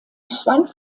schwanz